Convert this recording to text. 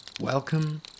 Welcome